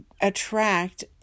attract